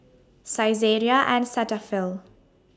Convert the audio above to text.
Saizeriya and Cetaphil